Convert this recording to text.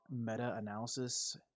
meta-analysis